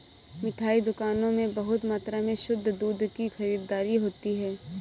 मिठाई दुकानों में बहुत मात्रा में शुद्ध दूध की खरीददारी होती है